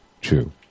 True